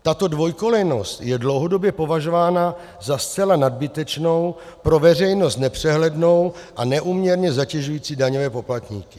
Tato dvojkolejnost je dlouhodobě považována za zcela nadbytečnou, pro veřejnost nepřehlednou a neúměrně zatěžující daňové poplatníky.